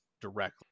directly